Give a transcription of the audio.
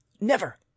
never